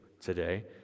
today